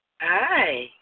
hi